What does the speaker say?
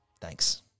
Thanks